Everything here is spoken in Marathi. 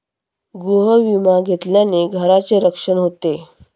गृहविमा घेतल्याने घराचे संरक्षण होते